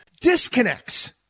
disconnects